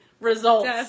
Results